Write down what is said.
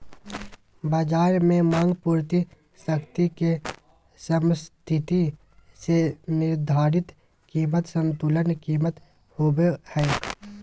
बज़ार में मांग पूर्ति शक्ति के समस्थिति से निर्धारित कीमत संतुलन कीमत होबो हइ